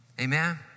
Amen